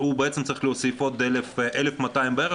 הוא צריך להוסיף עוד 1,200 בערך,